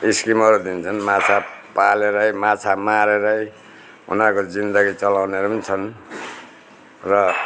स्किमहरू दिन्छन् माछा पालेरै माछा मारेरै उनीहरूको जिन्दगी चलाउनेहरू पनि छन् र